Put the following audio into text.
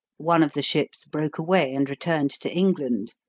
one of the ships broke away and returned to england.